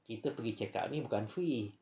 kita pergi check up ni bukan free